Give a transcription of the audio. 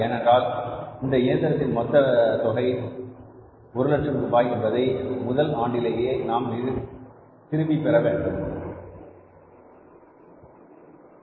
ஏனென்றால் இந்த இயந்திரத்தின் மொத்த தொகை 100000 ரூபாய் என்பதை முதல் ஆண்டிலேயே நாம் திரும்பப் பெறப் போவதில்லை